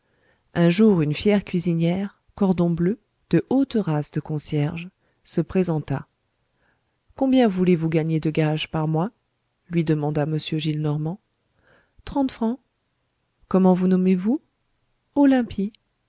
un jour une fière cuisinière cordon bleu de haute race de concierges se présenta combien voulez-vous gagner de gages par mois lui demanda m gillenormand trente francs comment vous